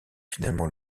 finalement